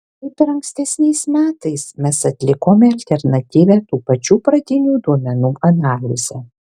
kaip ir ankstesniais metais mes atlikome alternatyvią tų pačių pradinių duomenų analizę